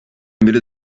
biri